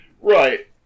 Right